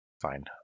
fine